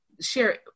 share